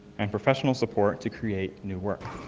and professional support to create new work.